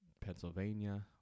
Pennsylvania